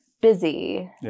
busy